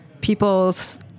people's